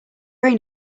brain